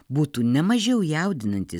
būtų ne mažiau jaudinantys